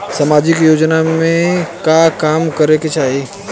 सामाजिक योजना में का काम करे के चाही?